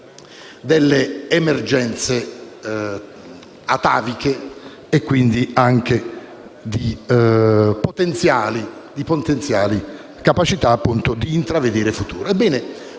e arretratezze ataviche e, quindi, anche di potenziali capacità di intravedere futuro.